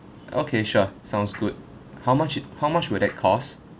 okay sure sounds good how much how much will that cost